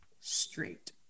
straight